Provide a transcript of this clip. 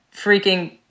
freaking